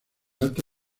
alta